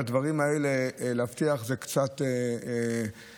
בדברים האלה להבטיח זה קצת מסוכן,